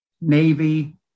Navy